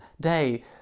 day